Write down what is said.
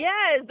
Yes